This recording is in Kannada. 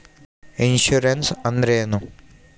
ಇನ್ಸುರೆನ್ಸ್ ಅಂದ್ರೇನು?